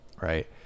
right